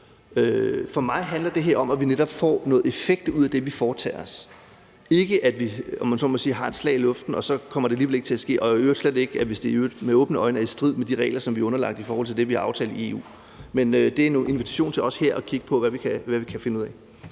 For mig handler det her om, at vi netop får noget effekt ud af det, vi foretager os, ikke at vi, om man så må sige, slår et slag i luften, og så kommer det alligevel ikke til at ske og slet ikke, hvis det åbenlyst er i strid med de regler, vi er underlagt i forhold til det, som vi har aftalt i EU. Men det er en invitation til også her at kigge på, hvad vi kan finde ud af.